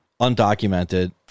undocumented